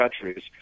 countries